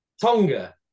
Tonga